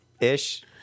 Ish